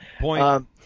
Point